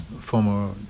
former